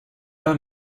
pas